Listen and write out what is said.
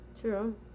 True